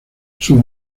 sus